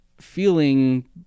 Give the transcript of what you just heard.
feeling